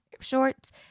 shorts